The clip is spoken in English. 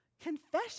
Confession